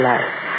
Life